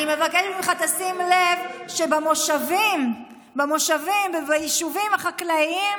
אני מבקשת ממך שתשים לב שבמושבים וביישובים החקלאיים